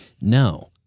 No